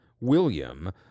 William